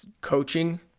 coaching